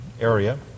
area